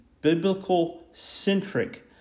biblical-centric